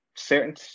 certain